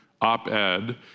op-ed